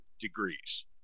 degrees